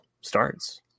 starts